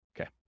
okay